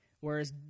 Whereas